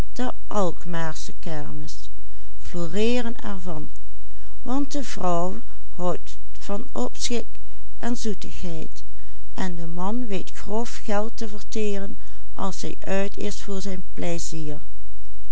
en zoetigheid en de man weet grof geld te verteren als hij uit is voor zijn pleizier